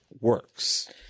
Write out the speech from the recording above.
works